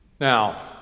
Now